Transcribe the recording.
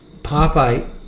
Popeye